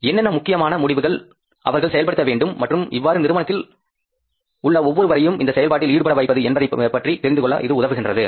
என்னென்ன முக்கியமான முடிவுகள் அவர்கள் செயல்படுத்த வேண்டும் மற்றும் இவ்வாறு நிறுவனத்தில் உள்ள ஒவ்வொருவரையும் இந்த செயல்பாட்டில் ஈடுபட வைப்பது என்பதைப்பற்றி தெரிந்துகொள்ள இது உதவுகின்றது